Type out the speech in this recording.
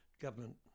government